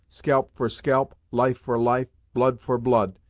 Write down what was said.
scalp for scalp, life for life, blood for blood,